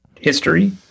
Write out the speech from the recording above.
history